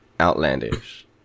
outlandish